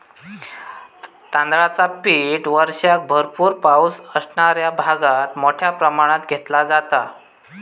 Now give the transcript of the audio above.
तांदळाचा पीक वर्षाक भरपूर पावस असणाऱ्या भागात मोठ्या प्रमाणात घेतला जाता